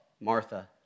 Martha